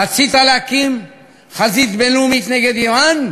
רצית להקים חזית בין-לאומית נגד איראן,